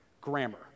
grammar